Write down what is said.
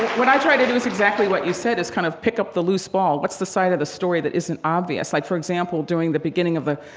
what i try to do is exactly what you said kind of pick up the loose ball. what's the side of the story that isn't obvious? like, for example, during the beginning of the,